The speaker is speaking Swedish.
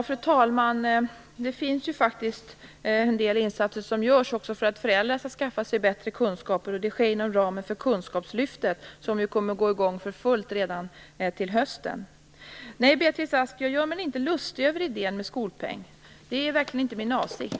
Fru talman! Det görs faktiskt en del insatser för att också föräldrar skall skaffa sig bättre kunskaper. Det sker inom ramen för Kunskapslyftet, som ju kommer att gå i gång för fullt redan till hösten. Nej, Beatrice Ask, jag gör mig inte lustig över idén med skolpeng. Det är verkligen inte min avsikt.